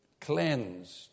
cleansed